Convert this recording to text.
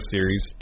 Series